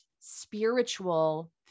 spiritual